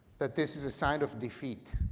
that this is a sign of defeat.